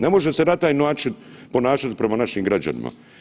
Ne može se na taj način ponašat prema našim građanima.